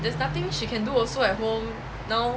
there's nothing she can do also at home now